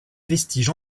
vestiges